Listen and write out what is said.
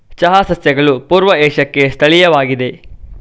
ಚಹಾ ಸಸ್ಯಗಳು ಪೂರ್ವ ಏಷ್ಯಾಕ್ಕೆ ಸ್ಥಳೀಯವಾಗಿವೆ